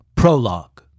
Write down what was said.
Prologue